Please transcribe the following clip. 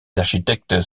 architectes